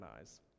eyes